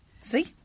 See